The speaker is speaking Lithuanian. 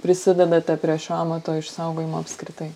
prisidedate prie šio amato išsaugojimo apskritai